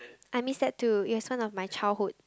I miss that too it has some of my childhood